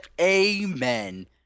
Amen